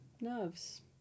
nerves